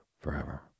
forever